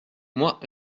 moi